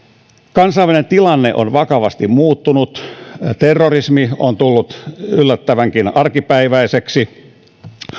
kansainvälinen tilanne on vakavasti muuttunut terrorismi on tullut yllättävänkin arkipäiväiseksi